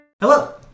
Hello